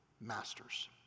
masters